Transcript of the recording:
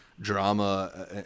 drama